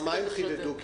מה הם חידדו?